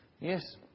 Yes